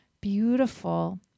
beautiful